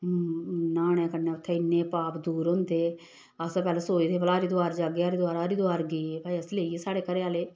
न्हाने कन्नै उत्थै इन्ने पाप दूर होंदे अस पैह्ले सोचदे हे भला हरिद्वार जाह्गे हरिद्वार हरिद्वार गे भाई अस लेइे साढ़े घरै आह्ले